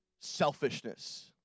selfishness